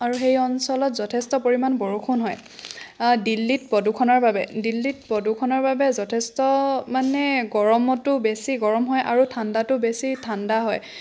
আৰু সেই অঞ্চলত যথেষ্ট পৰিমাণ বৰষুণ হয় দিল্লীত প্ৰদূষণৰ বাবে দিল্লীত প্ৰদূষণৰ বাবে যথেষ্ট মানে গৰমতো বেছি গৰম হয় আৰু ঠাণ্ডাতো বেছি ঠাণ্ডা হয়